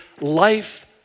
life